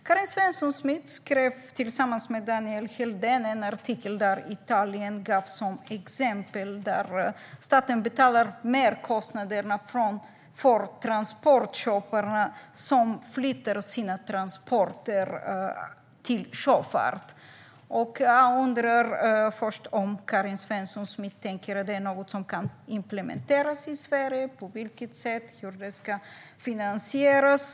Karin Svensson Smith skrev tillsammans med Daniel Helldén en artikel där Italien gavs som exempel på ett land där staten betalar merkostnaderna för transportköpare som flyttar sina transporter till sjöfart. Jag undrar först om Karin Svensson Smith tänker att det är något som kan implementeras i Sverige. På vilket sätt ska det i så fall finansieras?